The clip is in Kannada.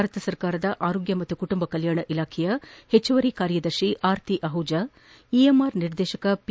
ಭಾರತ ಸರ್ಕಾರದ ಆರೋಗ್ಯ ಮತ್ತು ಕುಟುಂಬ ಕಲ್ಯಾಣ ಇಲಾಖೆಯ ಹೆಚ್ಚುವರಿ ಕಾರ್ಯದರ್ಶಿ ಆರತಿ ಆಹುಜಾ ಇಎಂಆರ್ ನಿರ್ದೇಶಕ ಪಿ